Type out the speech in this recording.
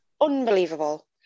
unbelievable